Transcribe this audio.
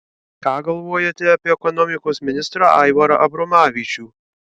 ką galvojate apie ekonomikos ministrą aivarą abromavičių